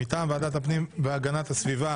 מטעם ועדת הפנים והגנת הסביבה